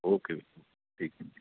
okay